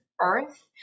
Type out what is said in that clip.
Earth